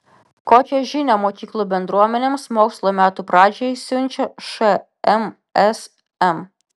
kokią žinią mokyklų bendruomenėms mokslo metų pradžiai siunčia šmsm